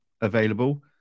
available